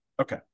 Okay